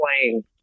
playing